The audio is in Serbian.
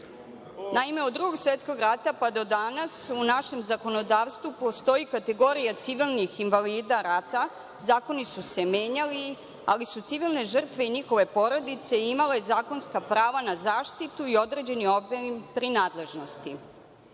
rata. Naime, od Drugog svetskog rata do danas u našem zakonodavstvu postoji kategorija civilnih invalida rata, zakoni su se menjali, ali su civilne žrtve i njihove porodice imale zakonska prava na zaštitu i određeni obim prinadležnosti,